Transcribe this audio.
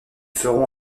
feront